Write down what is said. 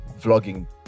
vlogging